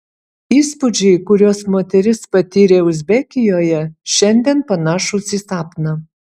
įspūdžiai kuriuos moteris patyrė uzbekijoje šiandien panašūs į sapną